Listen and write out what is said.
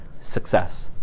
success